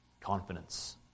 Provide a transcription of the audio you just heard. confidence